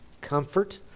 comfort